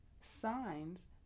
signs